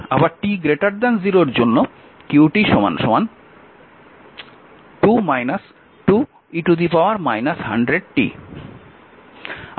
আবার t 0 এর জন্য q 2 2e 100t